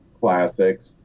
Classics